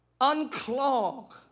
unclog